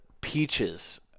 peaches